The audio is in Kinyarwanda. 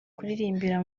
kuririmbira